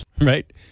Right